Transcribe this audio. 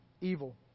evil